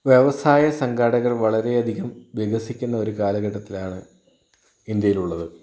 വ്യവസായ സംഘാടകർ വളരെയധികം വികസിക്കുന്ന ഒരു കാലഘട്ടത്തിലാണ് ഇന്ത്യയുള്ളത്